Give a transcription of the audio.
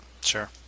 Sure